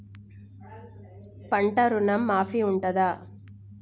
పంట ఋణం మాఫీ ఉంటదా?